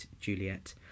Juliet